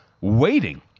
waiting